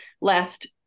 last